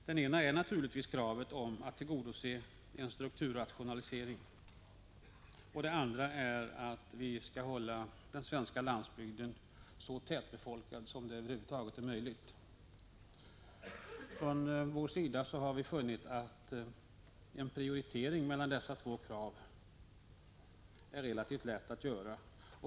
Den ena är naturligtvis att kravet på en strukturrationalisering bör tillgodoses, den andra att vi skall hålla den svenska landsbygden så tätbefolkad som det över huvud taget är möjligt. Vi har funnit det relativt lätt att göra en prioritering mellan dessa båda krav.